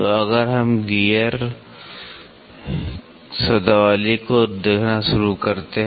तो अगर हम गियर शब्दावली को देखना शुरू करते हैं